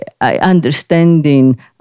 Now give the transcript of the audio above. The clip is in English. understanding